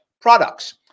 products